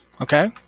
Okay